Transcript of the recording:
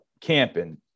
camping